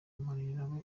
manirareba